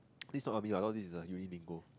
this is not army I thought this is a uni lingo